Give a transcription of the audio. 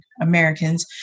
Americans